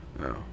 No